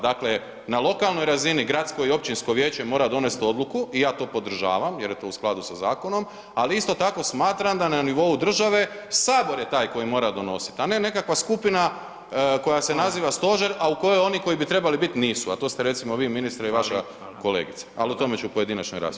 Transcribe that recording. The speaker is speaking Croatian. Dakle na lokalnoj razini, gradsko i općinsko vijeće mora donest odluku i ja to podržavam jer je to u skladu sa zakonom, ali isto tako smatram da na nivou države Sabor je taj koji mora donosit, a ne nekakva skupina koja se naziva stožer, a u kojoj oni koji bi trebali bit nisu, a to ste recimo vi ministre i vaša kolegica, al o tome ću u pojedinačnoj raspravi.